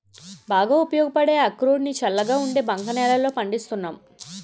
బాగా ఉపయోగపడే అక్రోడ్ ని చల్లగా ఉండే బంక నేలల్లో పండిస్తున్నాను